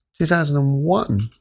2001